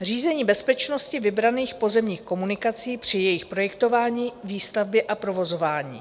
Řízení bezpečnosti vybraných pozemních komunikací při jejich projektování, výstavbě a provozování.